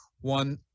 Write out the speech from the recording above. one